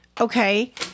okay